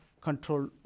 control